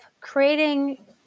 creating